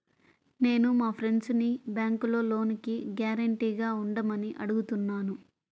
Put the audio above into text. నేను మా ఫ్రెండ్సుని బ్యేంకులో లోనుకి గ్యారంటీగా ఉండమని అడుగుతున్నాను